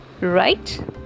right